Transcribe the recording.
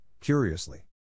curiously